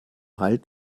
halt